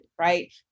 right